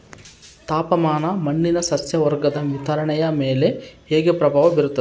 ತಾಪಮಾನ ಮಣ್ಣಿನ ಸಸ್ಯವರ್ಗದ ವಿತರಣೆಯ ಮೇಲೆ ಹೇಗೆ ಪ್ರಭಾವ ಬೇರುತ್ತದೆ?